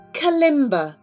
Kalimba